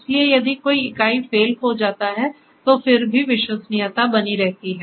इसलिए यदि एक इकाई विफल हो जाता है तो फिर भी विश्वसनीयता बनी रहती हैं